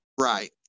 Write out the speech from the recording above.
Right